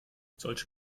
solche